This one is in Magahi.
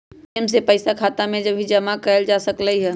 ए.टी.एम से पइसा खाता में जमा भी कएल जा सकलई ह